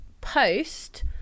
post